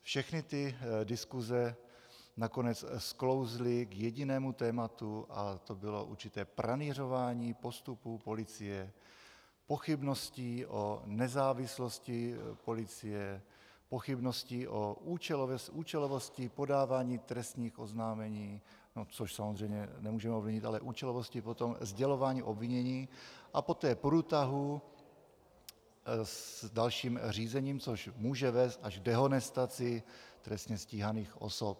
Všechny ty diskuse nakonec sklouzly k jedinému tématu a to bylo určité pranýřování postupu policie, pochybností o nezávislosti policie, pochybností o účelovosti podávání trestních oznámení, což samozřejmě nemůžeme ovlivnit, ale účelovosti potom sdělování obvinění a poté průtahů s dalším řízením, což může vést až k dehonestaci trestně stíhaných osob.